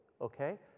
okay